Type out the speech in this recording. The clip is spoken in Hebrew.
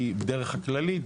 דרך הכללית,